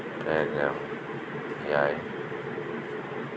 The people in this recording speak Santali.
ᱯᱮ ᱜᱮᱞ ᱮᱭᱟᱭ